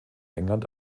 england